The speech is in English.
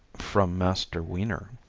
from master weiner